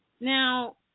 Now